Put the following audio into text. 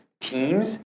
teams